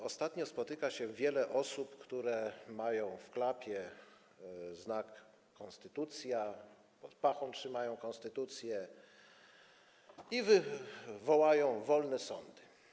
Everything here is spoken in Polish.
Ostatnio spotyka się wiele osób, które mają w klapie znak: konstytucja, pod pachą trzymają konstytucję i wołają: Wolne sądy!